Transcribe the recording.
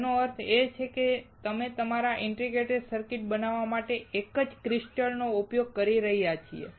તેનો અર્થ એ છે કે અમે અમારા ઇન્ટિગ્રેટેડ સર્કિટને બનાવટ માટે એક જ ક્રિસ્ટલ નો ઉપયોગ કરી રહ્યા છીએ